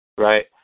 Right